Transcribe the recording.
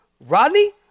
Rodney